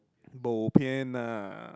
bo pian ah